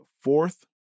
fourth